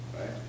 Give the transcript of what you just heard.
Right